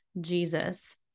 Jesus